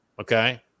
okay